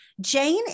Jane